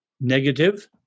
negative